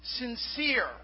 sincere